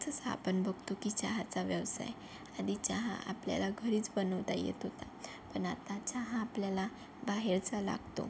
जसं आपण बघतो की चहाचा व्यवसाय आणि चहा आपल्याला घरीच बनावता येतो पण आता चहा आपल्याला बाहेरचा लागतो